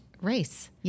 race